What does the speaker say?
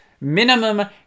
minimum